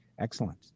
Excellent